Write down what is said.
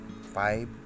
five